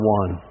one